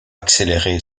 accéléré